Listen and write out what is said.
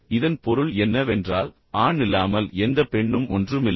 எனவே இதன் பொருள் என்னவென்றால் ஆண் இல்லாமல் எந்த பெண்ணும் ஒன்றுமில்லை